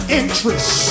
interest